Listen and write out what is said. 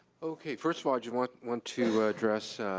okay, first of all i just want want to address